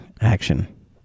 action